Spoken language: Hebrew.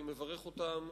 אני מברך אותם